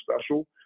special